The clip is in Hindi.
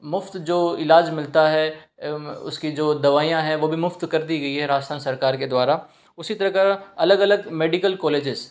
मुफ़्त जो इलाज मिलता है उसकी जो दवाइयाँ हैं वो भी मुफ़्त कर दी गई है राजस्थान सरकार के द्वारा उसी तरह का अलग अलग मेडिकल कॉलेजेस